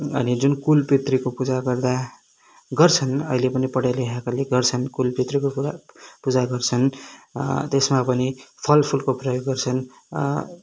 अनि जुन कुल पित्रको पूजा गर्दा गर्छन् अहिले पनि पढे लेखेकाले गर्छन् कुल पित्रको पूजा गर्छन् त्यसमा पनि फलफुलको प्रयोग गर्छन्